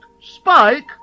Spike